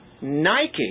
Nike